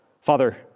Father